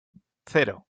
cero